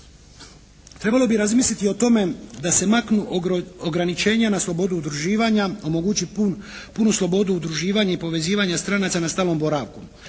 Trebalo bi razmisliti o tome da se maknu ograničenja na slobodu udruživanja, omogućiti punu slobodu udruživanja i povezivanja stranaca na stalnom boravku